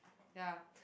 ya